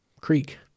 Creek